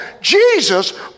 Jesus